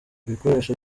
ibikoresho